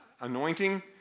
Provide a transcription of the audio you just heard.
Anointing